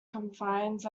confines